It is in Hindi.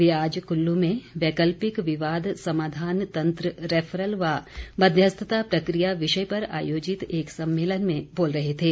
वे आज कुल्लू में वैकल्पिक विवाद समाधान तंत्र रैफरल व मध्यस्थता प्रक्रिया विषय पर आयोजित एक सम्मेलन में बोल रहे थे